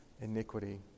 iniquity